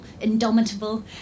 indomitable